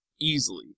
Easily